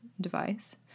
device